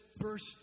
first